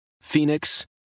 Phoenix